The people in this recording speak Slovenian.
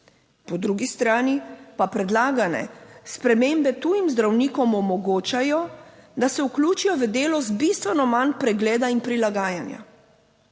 Po drugi strani pa predlagane spremembe tujim zdravnikom omogočajo, da se vključijo v delo z bistveno manj pregleda in prilagajanja.